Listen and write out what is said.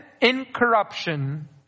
incorruption